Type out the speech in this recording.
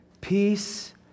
peace